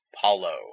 Paulo